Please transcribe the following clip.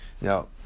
Now